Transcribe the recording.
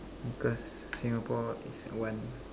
because Singapore is one